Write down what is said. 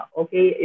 okay